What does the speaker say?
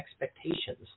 expectations